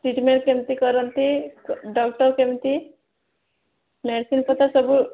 treatment କେମିତି କରନ୍ତି doctor କେମିତି ମେଡ଼ିସିନ୍ ପଠା ସବୁ